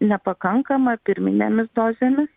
nepakankama pirminėmis dozėmis